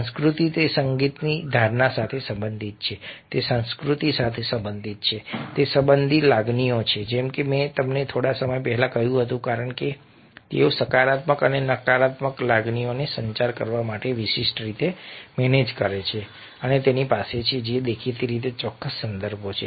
સંસ્કૃતિ તે સંગીતની ધારણા સાથે સંબંધિત છે તે સંસ્કૃતિ સાથે સંબંધિત છે તે સંબંધિત લાગણીઓ છે જેમ કે મેં તમને થોડા સમય પહેલા કહ્યું હતું કારણ કે તેઓ સકારાત્મક અને નકારાત્મક લાગણીઓને સંચાર કરવા માટે વિશિષ્ટ રીતે મેનેજ કરે છે અને તેમની પાસે છે દેખીતી રીતે ચોક્કસ સંદર્ભો છે